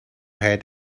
had